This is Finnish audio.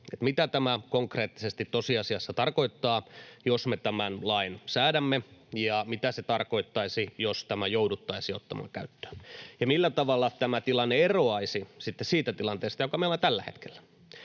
mitä tämä konkreettisesti, tosiasiassa tarkoittaa, jos me tämän lain säädämme, ja mitä se tarkoittaisi, jos tämä jouduttaisiin ottamaan käyttöön? Ja millä tavalla tämä tilanne eroaisi sitten siitä tilanteesta, joka meillä on tällä hetkellä?